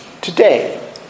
today